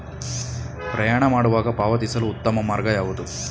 ಪ್ರಯಾಣ ಮಾಡುವಾಗ ಪಾವತಿಸಲು ಉತ್ತಮ ಮಾರ್ಗ ಯಾವುದು?